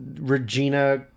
Regina